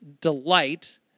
delight